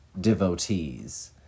devotees